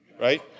right